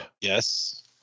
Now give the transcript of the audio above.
Yes